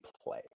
play